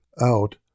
out